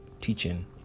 teaching